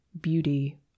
beauty